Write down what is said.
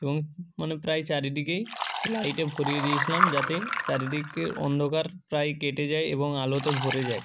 এবং মানে প্রায় চারিদিকেই লাইটে ভরিয়ে দিয়েছিলাম যাতে চারিদিকের অন্ধকার প্রায় কেটে যায় এবং আলোতে ভরে যায়